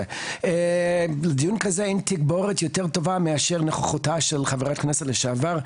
בדיון כזה אין תגבורת יותר טובה מאשר נוכחותה של חברת הכנסת לשעבר,